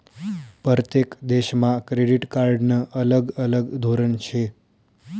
परतेक देशमा क्रेडिट कार्डनं अलग अलग धोरन शे